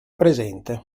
presente